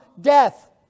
death